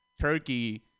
Turkey